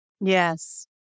Yes